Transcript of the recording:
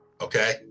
Okay